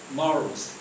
morals